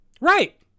Right